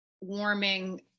warming